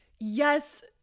yes